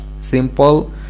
simple